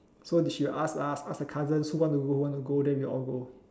so she'll ask us ask the cousins who want to go want to go then we all go